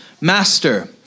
Master